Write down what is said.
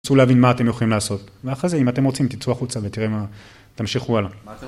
תנסו להבין מה אתם יכולים לעשות, ואחרי זה אם אתם רוצים תצאו החוצה ותראה מה... ותמשיכו הלאה.